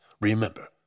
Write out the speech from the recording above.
remember